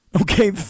okay